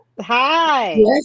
hi